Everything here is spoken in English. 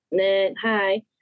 Hi